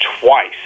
twice